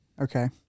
Okay